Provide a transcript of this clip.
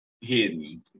hidden